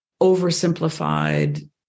oversimplified